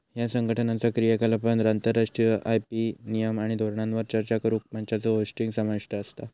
ह्या संघटनाचा क्रियाकलापांत आंतरराष्ट्रीय आय.पी नियम आणि धोरणांवर चर्चा करुक मंचांचो होस्टिंग समाविष्ट असता